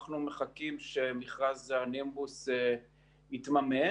אנחנו מחכים שמכרז הנימבוס יתממש.